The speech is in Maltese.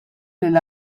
lill